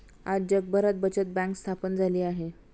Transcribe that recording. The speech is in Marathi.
आज जगभरात बचत बँक स्थापन झाली आहे